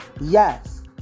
Yes